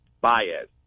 Baez